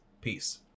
peace